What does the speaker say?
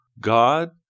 God